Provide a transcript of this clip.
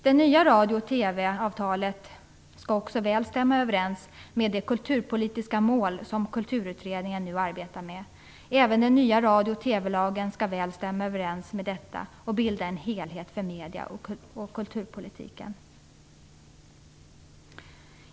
Det nya radio och TV-avtalet skall väl stämma överens med de kulturpolitiska mål som Kulturutredningen nu arbetar med. Även den nya radio och TV lagen skall stämma överens med detta och bilda en helhet för medie och kulturpolitiken.